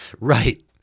Right